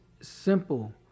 simple